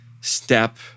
step